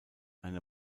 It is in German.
eine